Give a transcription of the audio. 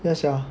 要想